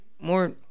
more